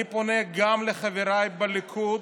אני פונה גם לחבריי בליכוד: